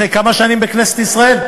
אחרי כמה שנים בכנסת ישראל?